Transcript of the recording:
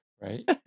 right